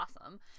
awesome